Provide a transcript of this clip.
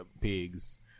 pigs